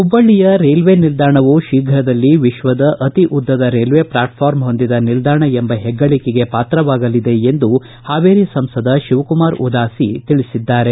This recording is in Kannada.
ಹುಬ್ಬಳ್ಳಯ ರೈಲ್ವೆ ನಿಲ್ದಾಣವು ಶೀಘದಲ್ಲಿ ವಿಶ್ವದ ಅತೀ ಉದ್ದದ ರೈಲ್ವೆ ಪ್ಲಾಟ್ಕಾರ್ಮ್ನ್ನು ಹೊಂದಿದ ನಿಲ್ದಾಣ ಎಂಬ ಹೆಗ್ಗಳಿಕೆಗೆ ಪಾತ್ರವಾಗಲಿದೆ ಎಂದು ಹಾವೇರಿ ಸಂಸದ ತಿವಕುಮಾರ ಉದಾಸಿ ಹೇಳದ್ದಾರೆ